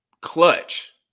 clutch